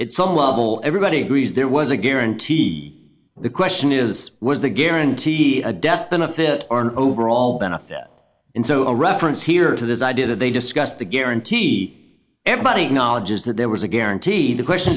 it's some level everybody agrees there was a guarantee the the question is was the guaranteed a death benefit or an overall benefit and so a reference here to this idea that they discussed the guarantee everybody knowledge is that there was a guarantee the question